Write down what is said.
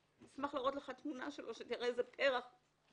אשמח להראות לך תמונה שלו, שתראה איזה פרח איבדנו.